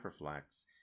HyperFlex